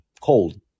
cold